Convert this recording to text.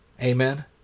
Amen